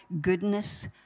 goodness